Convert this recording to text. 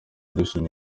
dushima